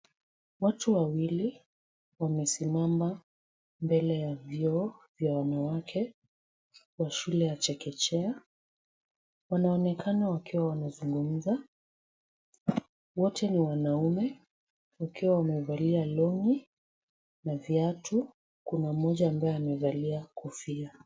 Watu wawili wamesimama mbele ya vyoo vya wanawake, wa shule ya chekechea. Wanaonekana wakiwa wanazungumza. Wote ni wanaume, wakiwa wamevalia long'i na viatu, kuna mmoja ambaye amevalia kofia.